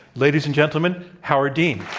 ladies and gentlemen, howard dean.